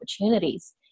opportunities